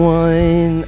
one